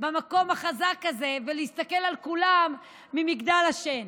במקום החזק הזה, ולהסתכל על כולם ממגדל השן?